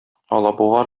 алабуга